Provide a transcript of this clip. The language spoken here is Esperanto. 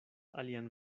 alian